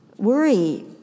Worry